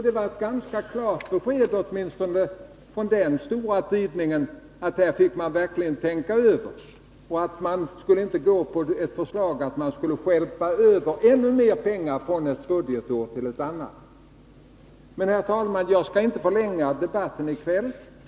Det gavs ett ganska klart besked åtminstone från den stora tidningen, som menade att man verkligen fick tänka över saken, så att man inte antog ett förslag som skulle innebära att ännu mer pengar stjälps över från ett budgetår till ett annat. Men, herr talman, jag skall inte förlänga debatten i kväll.